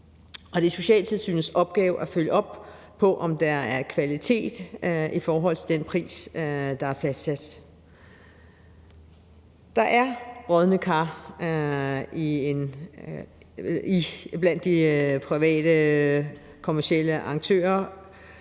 Det er socialtilsynets opgave at følge op på, om der er kvalitet i forhold til den pris, der er fastsat. Der er brodne kar blandt de private kommercielle aktører,